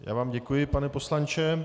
Já vám děkuji, pane poslanče.